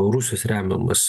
rusijos remiamus